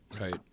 Right